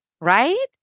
right